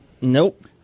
Nope